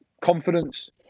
confidence